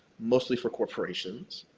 mostly for corporations,